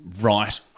right